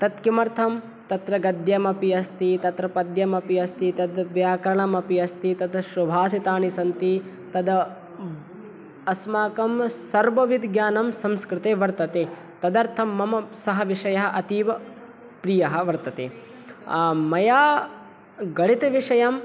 तत् किमर्थं तत्र गद्यमपि अस्ति तत्र पद्यमपि अस्ति तद् व्याकरणमपि अस्ति तत्र सुभाषितानि सन्ति तद् अस्माकं सर्वविधज्ञानं संस्कृते वर्तते तदर्थं मम सः विषयः अतीवप्रियः वर्तते मया गणितविषयम्